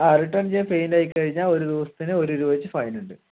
ആ റിട്ടേൺ ചെയ്യാൻ ഫെയിൽ ആയിക്കഴിഞ്ഞാൽ ഒരു ദിവസത്തിന് ഒരു രൂപ വച്ച് ഫൈൻ ഉണ്ട്